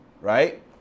right